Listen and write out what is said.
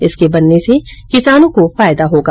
इसके बनने से किसानों को फायदा होगा